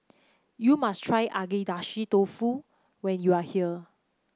you must try Agedashi Dofu when you are here